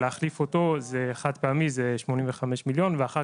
להחליף אותו חד-פעמי זה 85 מיליון ואחר